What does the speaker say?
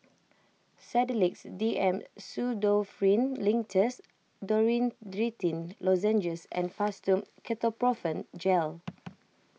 Sedilix D M Pseudoephrine Linctus Dorithricin Lozenges and Fastum Ketoprofen Gel